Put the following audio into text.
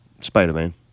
Spider-Man